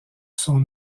sont